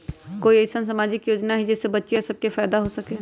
कोई अईसन सामाजिक योजना हई जे से बच्चियां सब के फायदा हो सके?